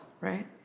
right